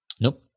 Nope